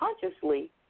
consciously